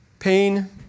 Pain